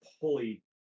pulley